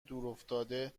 دورافتاده